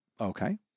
Okay